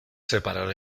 separar